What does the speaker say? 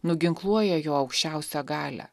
nuginkluoja jo aukščiausią galią